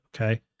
Okay